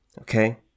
okay